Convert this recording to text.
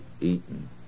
eaten